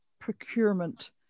procurement